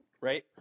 Right